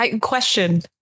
question